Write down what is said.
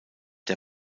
der